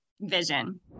vision